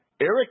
Eric